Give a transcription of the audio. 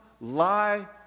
lie